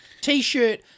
T-shirt